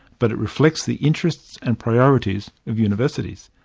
but it reflects the interests and priorities of universities.